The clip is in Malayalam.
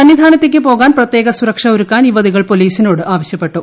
സന്നിധാനത്തേക്ക് പോകാൻ പ്രത്യേക സുരക്ഷ ഒരുക്കാൻ യുവതികൾ പോലീസിനോട് ആവശ്യപ്പെട്ടു